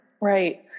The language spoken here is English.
Right